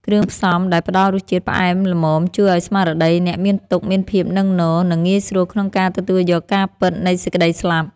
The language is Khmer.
គ្រឿងផ្សំដែលផ្តល់រសជាតិផ្អែមល្មមជួយឱ្យស្មារតីអ្នកមានទុក្ខមានភាពនឹងនរ និង ងាយស្រួលក្នុងការទទួលយកការពិតនៃសេចក្តីស្លាប់។